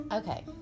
Okay